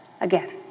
again